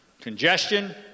congestion